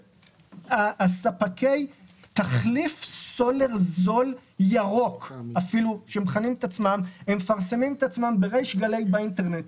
ספקי תחליף סולר זול ירוק מפרסמים את עצמם בריש גלי באינטרנט.